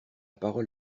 parole